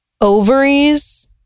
ovaries